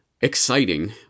exciting